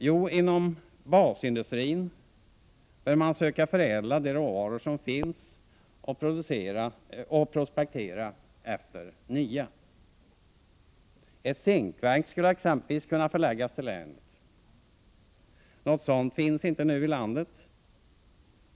Jo, inom basindustrin bör man söka förädla de råvaror som finns och prospektera efter nya. Ett zinkverk skulle exempelvis kunna förläggas till länet. Något sådant finns inte nu i landet.